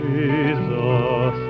Jesus